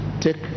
Take